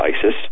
isis